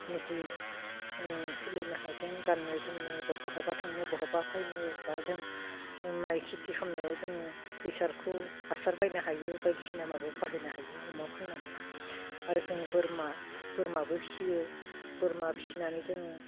निजे सोलिनो हागोन गाननो जोमनो बा बहाबा थांनो बहाबा फैनो बा जों माइ खेति खालामनायाव जों फैसाफोरखौ हासार बायनो हायो बायदिसिना माबायाव बाहायनो हायो अमा फाननानै आरो जों बोरमा बोरमाबो फिसियो बोरमा फिसिनानै जोङो